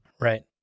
right